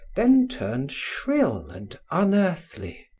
then turned shrill and unearthly.